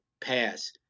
pass